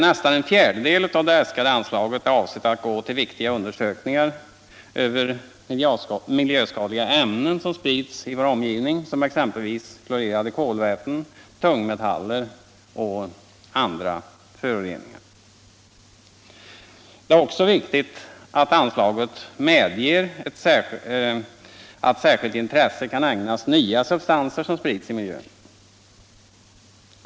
Nästan en fjärdedel av det äskade anslaget är avsett att gå till viktiga undersökningar över miljöskadliga ämnen som sprids i vår omgivning — klorerade kolväten, tungmetaller och andra föroreningar. Det är också viktigt att anslaget medger att särskilt intresse kan ägnas nya substanser som sprids i miljön.